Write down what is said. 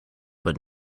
but